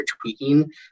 tweaking